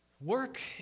Work